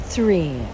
three